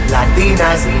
Latinas